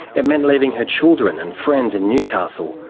it meant leaving her children and friends in newcastle,